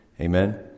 Amen